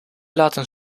laten